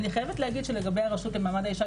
אני חייבת להגיד שלגבי הרשות למעמד האישה